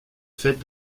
faite